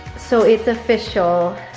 so it's official,